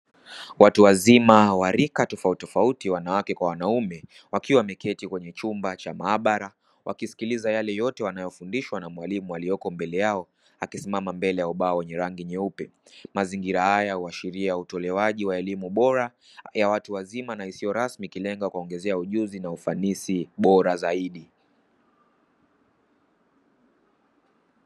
Watu wazima wa rika tofauti tofauti wanawake kwa wanaume, wakiwa wameketi kwenye chumba cha maabara wakisikiliza yale yote wanaofundishwa na mwalimu aliyoko mbele yao akisimama mbele ya ubao wenye rangi nyeupe, mazingira haya huashiria utolewaji wa elimu bora ya watu wazima na isiyo rasmi ikilenga kuwaongezea ujuzi na ufanisi bora zaidi.